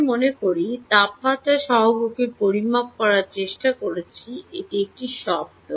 আমি মনে করি তাপমাত্রা সহগকে পরিমাপ করার চেষ্টা করছি একটি শব্দ